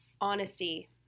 honesty